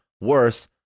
worse